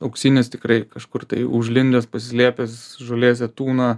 auksinis tikrai kažkur tai užlindęs pasislėpęs žolėse tūno